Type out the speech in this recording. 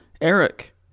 Eric